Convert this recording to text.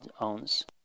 owns